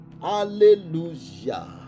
hallelujah